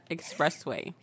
Expressway